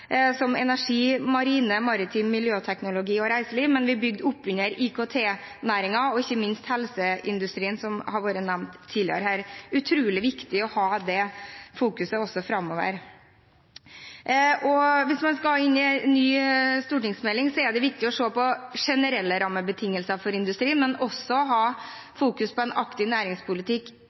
som energi, marine næringer, maritim miljøteknologi og reiseliv, men vi bygde opp under IKT-næringen og ikke minst helseindustrien, som har vært nevnt tidligere her. Det er utrolig viktig å ha det fokuset også framover. Hvis man skal legge fram en ny stortingsmelding, er det viktig å se på generelle rammebetingelser for industrien, men også å ha fokus på en aktiv næringspolitikk